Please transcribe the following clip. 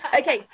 Okay